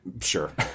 Sure